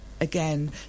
again